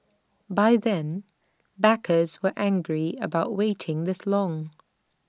by then backers were angry about waiting this long